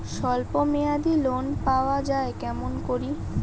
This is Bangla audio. স্বল্প মেয়াদি লোন পাওয়া যায় কেমন করি?